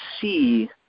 see